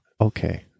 Okay